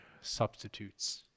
substitutes